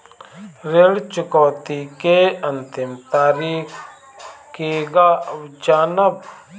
ऋण चुकौती के अंतिम तारीख केगा जानब?